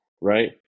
Right